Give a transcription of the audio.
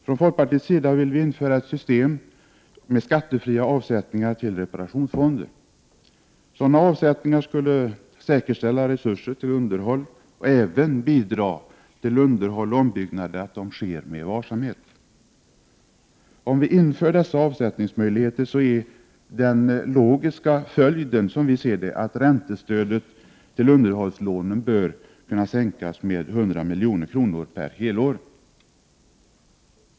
Från folkpartiets sida vill vi införa ett system med skattefria avsättningar till reparationsfonder. Sådana avsättningar skulle säkerställa resurser till underhåll och även bidra till att underhåll och ombyggnader sker med varsamhet. Om dessa avsättningsmöjligheter införs är den logiska följden, som vi ser det, att räntestödet till underhållslån bör kunna sänkas med 100 milj.kr. för helår.